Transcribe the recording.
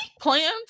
plans